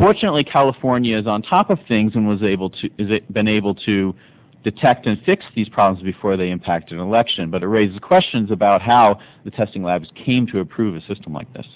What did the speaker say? fortunately california is on top of things and was able to been able to detect and fix these problems before they impact an election but it raises questions about how the testing labs came to approve a system like this